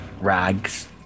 rags